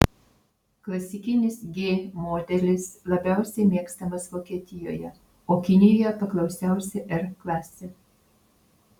klasikinis g modelis labiausiai mėgstamas vokietijoje o kinijoje paklausiausia r klasė